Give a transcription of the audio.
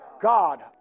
God